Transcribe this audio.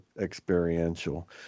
experiential